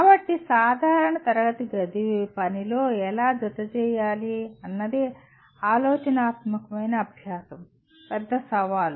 కాబట్టి సాధారణ తరగతి గది పనిలో ఎలా జత చేయాలి అన్నది ఆలోచనాత్మకమైన అభ్యాసం పెద్ద సవాలు